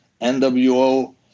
NWO